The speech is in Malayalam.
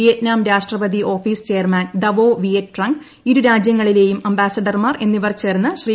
വിയറ്റ്നാം രാഷ്ട്രപതി office chairman Dao Viet Trung ഇരുരാജൃങ്ങളിലേയും അംബാസിഡർമാർ എന്നിവർ ച്ഛേർസ്സ് ശ്രീ